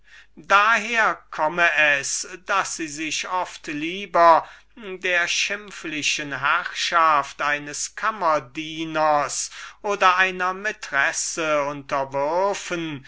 daher komme es daß sie sich oft lieber der schimpflichen herrschaft eines kammerdieners oder einer maitresse